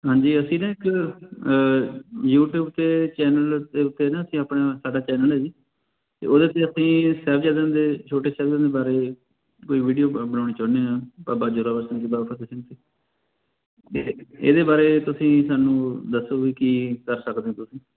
ਹਾਂਜੀ ਅਸੀਂ ਨਾ ਇੱਕ ਯੂਟਿਊਬ 'ਤੇ ਚੈਨਲ ਦੇ ਉੱਤੇ ਨਾ ਅਸੀਂ ਆਪਣਾ ਸਾਡਾ ਚੈਨਲ ਹੈ ਜੀ ਅਤੇ ਉਹਦੇ 'ਤੇ ਅਸੀਂ ਸਾਹਿਬਜ਼ਾਦਿਆਂ ਦੇ ਛੋਟੇ ਸਾਹਿਬਜ਼ਾਦਿਆਂ ਬਾਰੇ ਕੋਈ ਵੀਡੀਓ ਬ ਬਣਾਉਣੀ ਚਾਹੁੰਦੇ ਹਾਂ ਬਾਬਾ ਜ਼ੋਰਾਵਰ ਸਿੰਘ ਜੀ ਬਾਬਾ ਫਤਿਹ ਸਿੰਘ ਜੀ ਇਹਦੇ ਬਾਰੇ ਤੁਸੀਂ ਸਾਨੂੰ ਦੱਸੋ ਵੀ ਕੀ ਕਰ ਸਕਦੇ ਹੋ ਤੁਸੀਂ